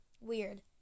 Weird